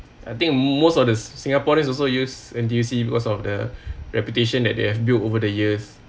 I think most of the singaporeans also use N_T_U_C because of the reputation that they have built over the years